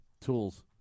tools